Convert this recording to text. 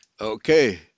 Okay